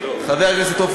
חבר הכנסת ניסן סלומינסקי,